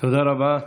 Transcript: תודה רבה.